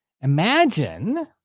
Imagine